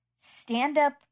stand-up